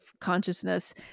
consciousness